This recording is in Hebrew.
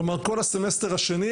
כלומר, כל הסמסטר השני